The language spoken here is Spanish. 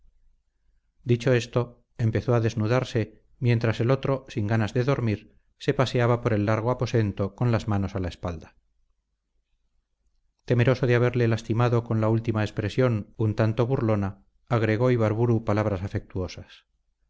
dicho esto empezó a desnudarse mientras el otro sin ganas de dormir se paseaba por el largo aposento con las manos a la espalda temeroso de haberle lastimado con la última expresión un tanto burlona agregó ibarburu palabras afectuosas